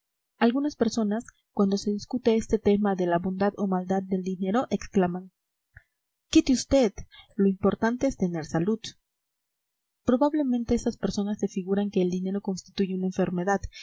algunas personas cuando se discute este tema de la bondad o maldad del dinero exclaman quite usted lo importante es tener salud probablemente esas personas se figuran que el dinero constituye una enfermedad